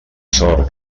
sort